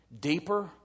Deeper